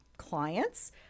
clients